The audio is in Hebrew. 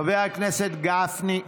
חבר הכנסת גפני.